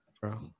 bro